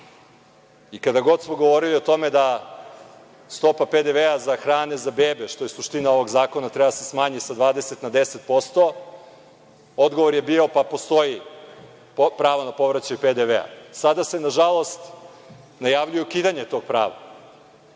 i kada god smo govorili o tome da stopa PDV za hranu za bebe, što je suština ovog zakona treba da se smanji sa 20% na 10% odgovor je bio – pa postoji pravo na povraćaj PDV.Sada se nažalost najavljuje ukidanje tog prava,